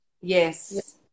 Yes